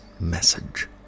message